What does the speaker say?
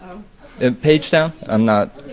and page down. i'm not.